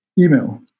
Email